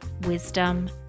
wisdom